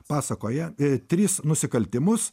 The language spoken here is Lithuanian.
pasakoja tris nusikaltimus